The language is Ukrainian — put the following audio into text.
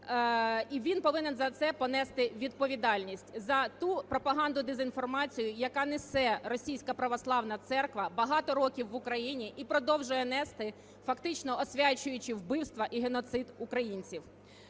він повинен за це понести відповідальність за ту пропаганду, дезінформацію, яка несе, Російська православна церква, багато років в Україні і продовжує нести фактично освячуючи вбивства і геноцид українців.